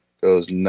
goes